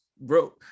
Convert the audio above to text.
bro